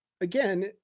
again